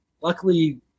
Luckily